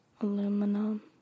Aluminum